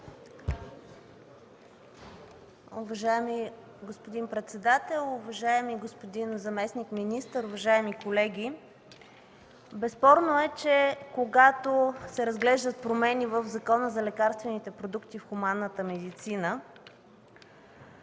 Уважаеми господин председател, уважаеми господин заместник-министър, уважаеми колеги! Безспорно е, че когато се разглеждат промени в Закона за лекарствените продукти в хуманната медицина